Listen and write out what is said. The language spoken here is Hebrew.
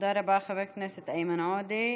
תודה רבה, חבר הכנסת איימן עודה.